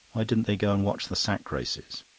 why didn't they go and watch the sack races?